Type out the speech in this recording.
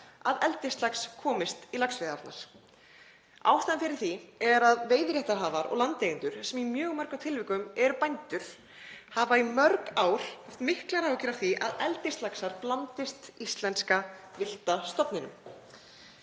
að eldislax komist í laxveiðiárnar. Ástæðan fyrir því er að veiðiréttarhafar og landeigendur, sem í mjög mörgum tilvikum eru bændur, hafa í mörg ár haft miklar áhyggjur af því að eldislaxar blandist íslenska villta stofninum.